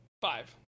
Five